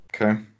okay